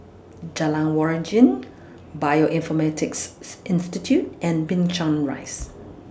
Jalan Waringin Bioinformatics Institute and Binchang Rise